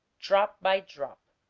drop by drop.